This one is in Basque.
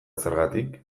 zergatik